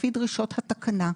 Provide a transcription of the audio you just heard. לפי דרישות התקנה.